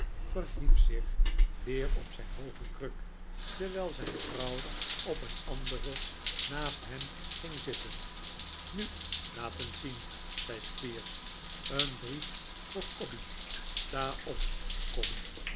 verhief zich weer op zijn hooge kruk terwijl zijn vrouw op een andere naast hem ging zitten nu laat eens zien zei squeers een brief voor cobby sta op cobby